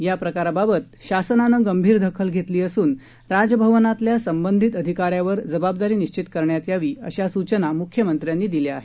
या प्रकाराबाबत शासनानं गंभीर दखल घेतली असून राजभवनातल्या संबंधित अधिकाऱ्यावर जबाबदारी निश्चित करण्यात यावी अशा सूचना मुख्यमंत्र्यांनी दिल्या आहेत